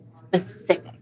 specific